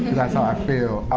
that's how i feel.